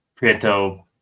Prieto